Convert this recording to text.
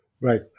Right